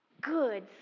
good